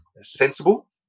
sensible